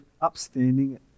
upstanding